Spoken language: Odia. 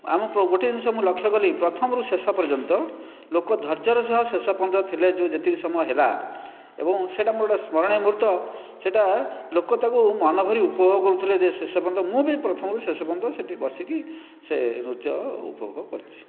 ଆମ ଗୋଟିଏ ଜିନିଷ ମୁଁ ଲକ୍ଷ୍ୟ କଲି ପ୍ରଥମରୁ ଶେଷ ପର୍ଯ୍ୟନ୍ତ ଲୋକ ଧେର୍ଯ୍ୟର ସହ ଶେଷ ପର୍ଯ୍ୟନ୍ତ ଥିଲେ ଯେଉଁ ଯେତିକି ସମୟ ହେଲା ଏବଂ ସେହିଟା ମୋର ଗୋଟିଏ ସ୍ମରଣୀୟ ମୁହୂର୍ତ୍ତ ସେହିଟା ଲୋକ ତାକୁ ମନଭରି ଉପଭୋଗ କରୁଥିଲେ ଶେଷ ପର୍ଯ୍ୟନ୍ତ ମୁଁ ବି ପ୍ରଥମ ରୁ ଶେଷ ପର୍ଯ୍ୟନ୍ତ ସେଇଠି ବସିକି ସେ ନୃତ୍ୟ ଉପଭୋଗ କରିଛି